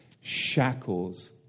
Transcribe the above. shackles